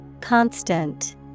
Constant